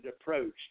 approach